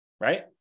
Right